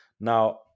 Now